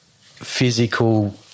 physical